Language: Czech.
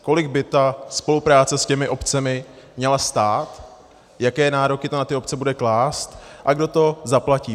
Kolik by spolupráce s těmi obcemi měla stát, jaké nároky to na obce bude klást a kdo to zaplatí.